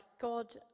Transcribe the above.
God